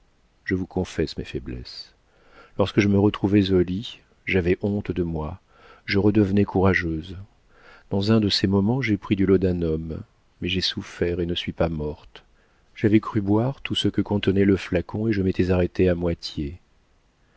je vous confesse mes faiblesses lorsque je me retrouvais au lit j'avais honte de moi je redevenais courageuse dans un de ces moments j'ai pris du laudanum mais j'ai souffert et ne suis pas morte j'avais cru boire tout ce que contenait le flacon et je m'étais arrêtée à moitié